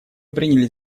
приняли